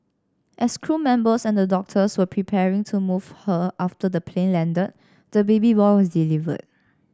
as crew members and the doctors were preparing to move her after the plane landed the baby boy was delivered